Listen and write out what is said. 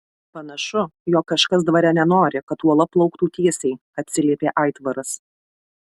panašu jog kažkas dvare nenori kad uola plauktų tiesiai atsiliepė aitvaras